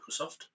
Microsoft